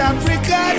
Africa